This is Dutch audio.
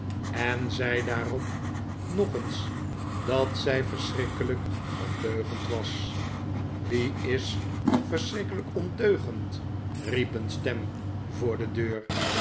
en zei daarop nog eens dat zij verschrikkelijk ondeugend was wie is verschrikkelijk ondeugend riep een stem voor de deur